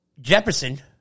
Jefferson